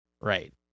Right